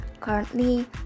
currently